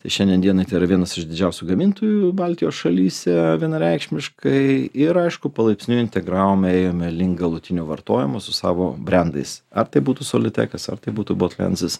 tai šiandien dienai tai yra vienas iš didžiausių gamintojų baltijos šalyse vienareikšmiškai ir aišku palaipsniui integravome ėjome link galutinio vartojimo su savo brendais ar tai būtų solitekas ar tai būtų botlenzas